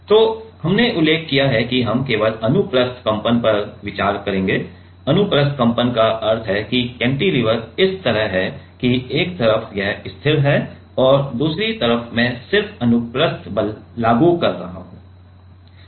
तो हमने उल्लेख किया है कि हम केवल अनुप्रस्थ कंपन पर विचार करेंगे अनुप्रस्थ कंपन का अर्थ है कि कैंटिलीवर इस तरह है कि एक तरफ यह स्थिर है और दूसरी तरफ मैं सिर्फ अनुप्रस्थ बल लागू कर रहा हूं